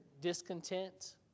discontent